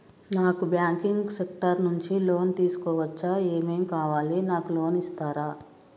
నాకు banking sector నుంచి loan తీసుకోవచ్చా? ఏమేం కావాలి? నాకు లోన్ ఇస్తారా?